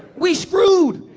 we screwed.